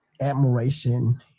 admiration